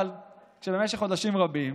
אבל כשבמשך חודשים רבים